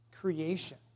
creation